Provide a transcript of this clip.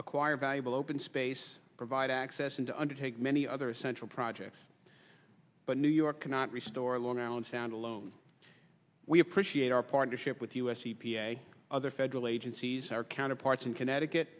acquire valuable open space provide access and to undertake many other essential projects but new york cannot restore long island sound alone we appreciate our partnership with us e p a other federal agencies our counterparts in connecticut